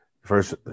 first